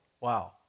Wow